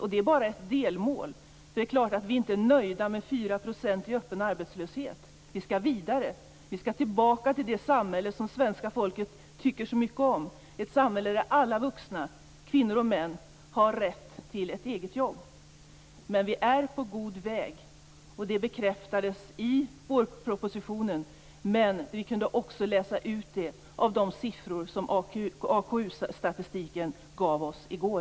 Men det är bara ett delmål, därför att vi är självfallet inte nöjda med 4 % i öppen arbetslöshet. Vi skall gå vidare och komma tillbaka till det samhälle som svenska folket tycker så mycket om, ett samhälle där alla vuxna, kvinnor och män, har rätt till ett eget jobb. Vi är på god väg. Det bekräftades i vårpropositionen, men vi kunde också läsa ut det av de siffror som AKU-statistiken gav oss i går.